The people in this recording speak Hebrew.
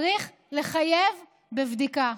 צריך לחייב בבדיקה.